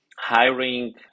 hiring